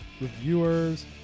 Reviewers